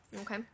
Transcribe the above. Okay